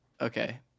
Okay